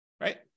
right